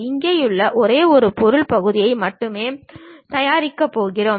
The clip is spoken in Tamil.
இங்கேயும் ஒரே ஒரு பொருளின் பகுதியை மட்டுமே தயாரிக்கப் போகிறோம்